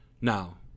Now